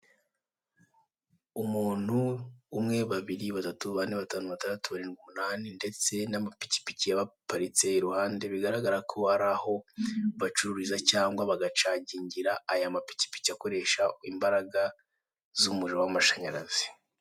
Abantu umunani bahagaze ku murongo umwe, mu gihe moto ebyiri zifite amabara y'icyatsi n'umukara zibahagaze imbere. Aha hantu hameze nk'aho bagurishiriza moto.